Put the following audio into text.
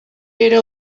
era